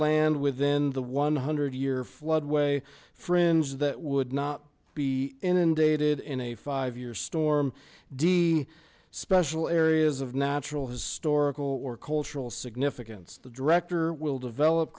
land within the one hundred year flood way friends that would not be inundated in a five year storm d special areas of natural historical or cultural significance the director will develop